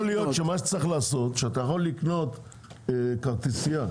יכול להיות שצריך לאפשר לקנות כרטיסיה.